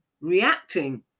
reacting